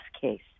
case